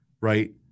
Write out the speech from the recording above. right